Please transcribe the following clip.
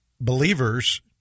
believers